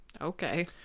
Okay